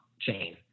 chain